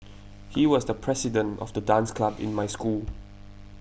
he was the president of the dance club in my school